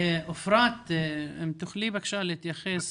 אם תוכלי בבקשה להתייחס